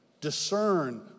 discern